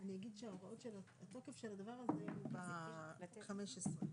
הסתייגות מספר 4, בסדר?